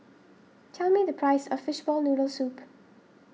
tell me the price of Fishball Noodle Soup